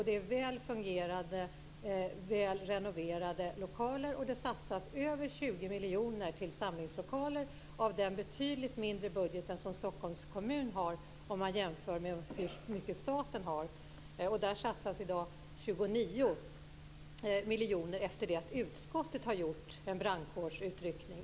Det är väl fungerande, väl renoverade lokaler. Det satsas över 20 miljoner till samlingslokaler av den betydligt mindre budget som Stockholms kommun har om man jämför med hur mycket staten har. Där satsas i dag 29 miljoner efter det att utskottet har gjort en brandkårsutryckning.